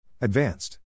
Advanced